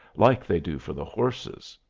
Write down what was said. like they do for the horses.